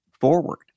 forward